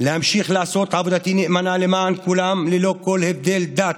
להמשיך לעשות את עבודתי נאמנה למען כולם ללא כל הבדלי דת,